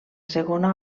segona